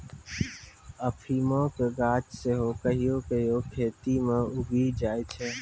अफीमो के गाछ सेहो कहियो कहियो खेतो मे उगी जाय छै